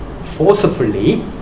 forcefully